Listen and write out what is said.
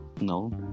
No